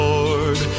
Lord